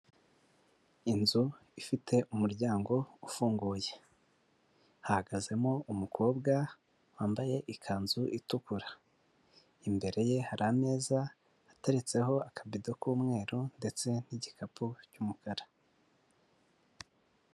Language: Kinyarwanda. Inzu ifite umuryango ufunguye hahagazemo umukobwa wambaye ikanzu itukura, imbere ye hari ameza ateretseho akabido k'umweru ndetse n'igikapu cy'umukara.